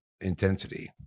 intensity